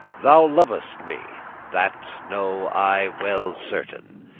thou lovest me, that know i well certain,